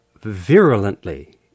virulently